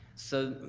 so